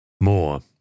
more